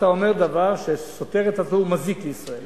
אתה אומר דבר שסותר את עצמו ומזיק לישראל.